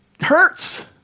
hurts